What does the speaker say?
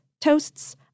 toasts